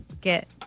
get